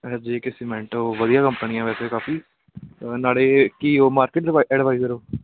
ਅੱਛਾ ਜੇ ਕੇ ਸੀਮੈਟ ਉਹ ਵਧੀਆ ਕੰਪਨੀ ਹੈ ਵੈਸੇ ਕਾਫ਼ੀ ਨਾਲੇ ਕੀ ਹੋ ਮਾਰਕੀਟ ਐ ਐਡਵਾਈਜ਼ਰ ਹੋ